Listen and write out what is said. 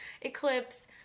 Eclipse